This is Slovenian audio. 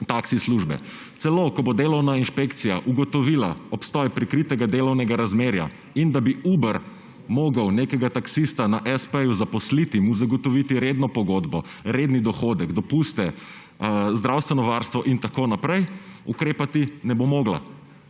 taksi službe. Celo, ko bo delovna inšpekcija ugotovila obstoj prikritega delovnega razmerja in da bi Uber mogel nekega taksista na s. p.-ju zaposliti, mu zagotoviti redno pogodbo, redni dohodek, dopuste, zdravstveno varstvo in tako naprej, ukrepati ne bo mogla,